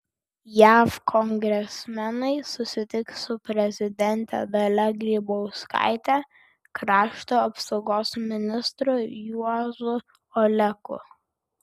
jav kongresmenai susitiks su prezidente dalia grybauskaite krašto apsaugos ministru juozu oleku